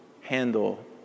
handle